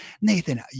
Nathan